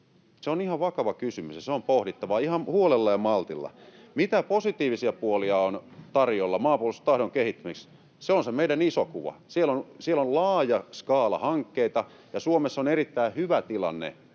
on ihan vakava kysymys, ja se on pohdittava ihan huolella ja maltilla. Mitä positiivisia puolia on tarjolla maanpuolustustahdon kehittämiseksi, se on se meidän iso kuva. Siellä on laaja skaala hankkeita, ja Suomessa on erittäin hyvä tilanne